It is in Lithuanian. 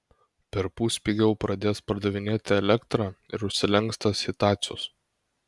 perpus pigiau pradės pardavinėti elektrą ir užsilenks tas hitacius